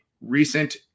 recent